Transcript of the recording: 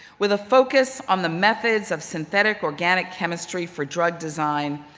with a focus on the methods of synthetic organic chemistry for drug design,